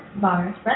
bars